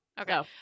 Okay